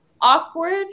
awkward